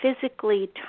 physically